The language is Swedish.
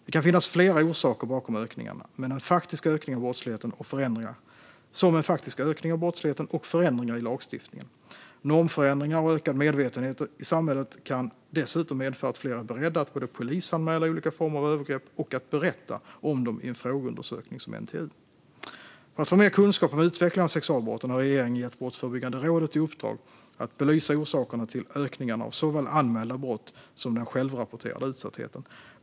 Det kan finnas flera orsaker bakom ökningarna, som en faktisk ökning av brottsligheten och förändringar i lagstiftningen. Normförändringar och ökad medvetenhet i samhället kan dessutom medföra att fler är beredda att både polisanmäla olika former av övergrepp och berätta om dem i en frågeundersökning som NTU. För att få mer kunskap om utvecklingen av sexualbrotten har regeringen gett Brottsförebyggande rådet i uppdrag att belysa orsakerna till ökningarna av såväl anmälda brott som den självrapporterade utsattheten.